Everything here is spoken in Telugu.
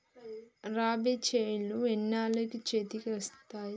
రబీ చేలు ఎన్నాళ్ళకు చేతికి వస్తాయి?